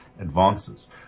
Advances